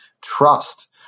trust